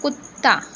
कुत्ता